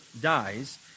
dies